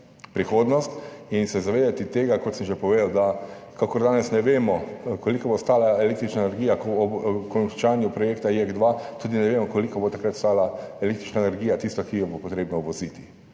prihodnosti in se zavedati tega, kot sem že povedal, da kakor danes ne vemo, koliko bo stala električna energija ob končanju projekta JEK2, tudi ne vemo, koliko bo takrat stala električna energija, tista, ki jo bo potrebno uvoziti.